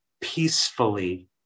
peacefully